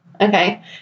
Okay